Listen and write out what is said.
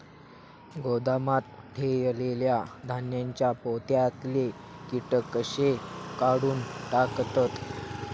गोदामात ठेयलेल्या धान्यांच्या पोत्यातले कीटक कशे काढून टाकतत?